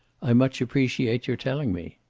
i much appreciate your telling me.